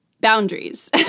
Boundaries